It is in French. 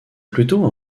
plutôt